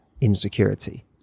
insecurity